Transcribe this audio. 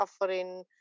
offering